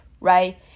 right